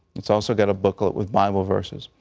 it's also got a booklet with bible verses.